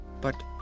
but